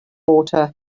water